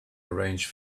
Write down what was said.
arrange